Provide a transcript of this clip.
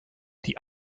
die